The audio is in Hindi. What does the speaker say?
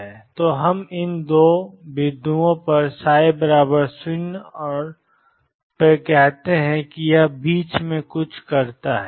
तो हम इन दो बिंदुओं पर ψ0 और ψ0 कहते हैं और फिर यह बीच में कुछ करता है